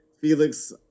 Felix